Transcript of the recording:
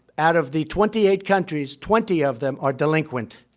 out of the twenty eight countries, twenty of them are delinquent.